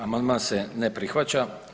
Amandman se ne prihvaća.